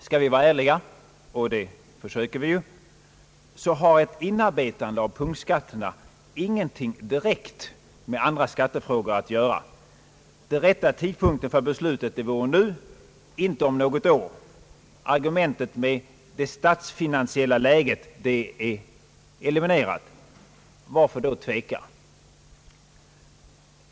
Skall vi vara ärliga — och det försöker vi ju — så har ett inarbetande av punktskatterna ingenting direkt med andra skattefrågor att göra. Den rätta tidpunkten för beslut vore nu — inte om något år. Argumentet med »det statsfinansiella läget» är eliminerat. Varför tveka?